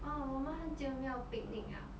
orh 我们很久没有 picnic 了